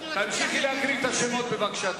תמשיכי להקריא את השמות בבקשה.